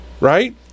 right